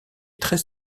très